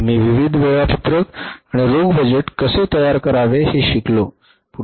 आम्ही विविध वेळापत्रक आणि रोख बजेट कसे तयार करावे हे शिकलो